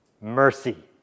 mercy